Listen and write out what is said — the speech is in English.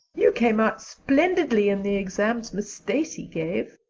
you came out splendidly in the exams miss stacy gave.